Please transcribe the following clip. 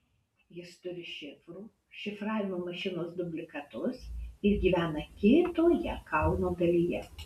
jis turi šifrų šifravimo mašinos dublikatus ir gyvena kitoje kalno dalyje